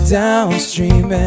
downstream